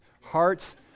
Hearts